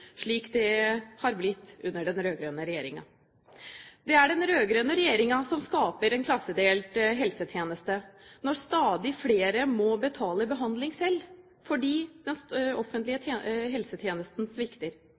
slik det har blitt under den rød-grønne regjeringen. Det er den rød-grønne regjeringen som skaper en klassedelt helsetjeneste, når stadig flere må betale behandling selv fordi den offentlige helsetjenesten svikter.